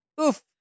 Oof